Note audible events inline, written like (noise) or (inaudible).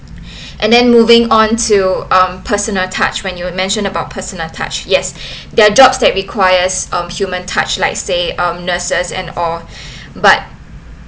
(breath) and then moving on to um personal touch when you mention about personal touch yes (breath) there are jobs that requires um human touch like say um nurses and or (breath) but